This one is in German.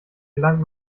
gelangt